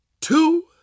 two